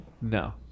No